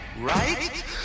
Right